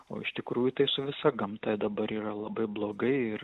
o iš tikrųjų tai su visa gamta dabar yra labai blogai ir